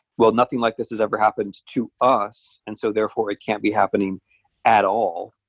well, nothing like this has ever happened to us, and so therefore it can't be happening at all.